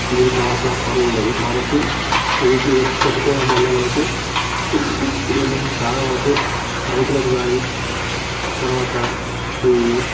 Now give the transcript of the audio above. గురి కావలసిన పని ఉండదు కాబట్టి వీటిని పెట్టుకోవడం వల్ల మనకి చాలా వరకు రైతులకు గానీ తర్వాత ఈ